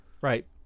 Right